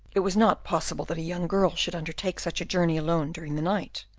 it was not possible that a young girl should undertake such a journey alone during the night.